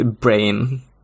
brain